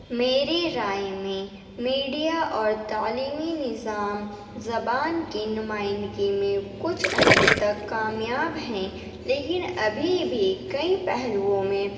میری رائے میں میڈیا اور تعلیمی نظام زبان کی نمائندگی میں کچھ حد تک کامیاب ہیں لیکن ابھی بھی کئیں پہلوؤں میں